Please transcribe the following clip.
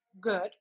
good